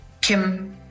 Kim